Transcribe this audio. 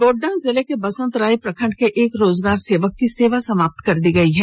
गोड्डा जिले के बसंतराय प्रखंड के एक रोजगार सेवक की सेवा समाप्त कर दी गई है